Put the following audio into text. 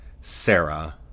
Sarah